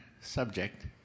subject